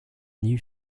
new